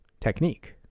technique